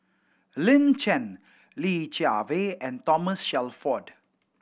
Lin Chen Li Jiawei and Thomas Shelford